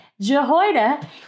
Jehoiada